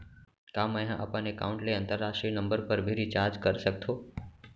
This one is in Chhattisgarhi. का मै ह अपन एकाउंट ले अंतरराष्ट्रीय नंबर पर भी रिचार्ज कर सकथो